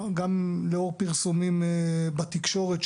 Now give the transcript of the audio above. גם לאור פרסומים בתקשורת,